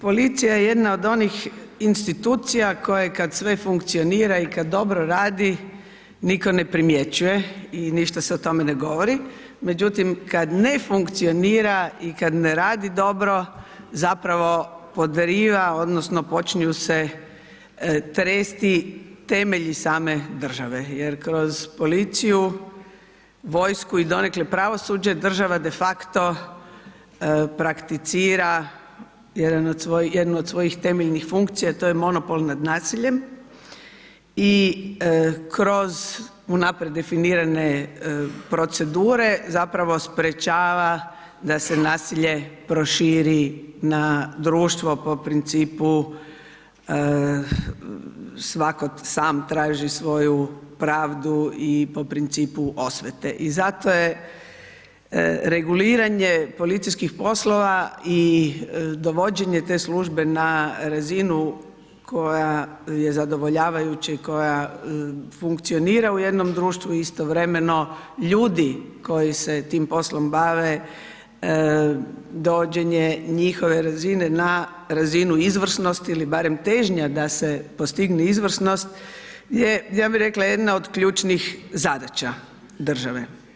Policija je jedna od onih institucija koja kad sve funkcionira i kad odbor radi, nitko ne primjećuje i ništa se o tome ne govori međutim kad ne funkcionira i kad ne radi dobro, zapravo podriva odnosno počinju se tresti temelji same države jer kroz policiju, vojsku i donekle pravosuđe, država de facto prakticira jednu od svojih temeljnih funkcija a to je monopol nad nasiljem i kroz unaprijed definirane procedure zapravo sprječava da se nasilje proširi na društvo po principu svako sam traži svoju pravdu i po principu osvete i zato je reguliranje policijskih poslova i dovođenje te službe na razinu koja je zadovoljavajuća i koja funkcionira u jednom društvu i istovremeno ljudi koji se tim poslom bave, dovođenje njihove razine na razinu izvrsnosti ili barem težnja da se postigne izvrsnost je ja bi rekla jedna od ključnih zadaća države.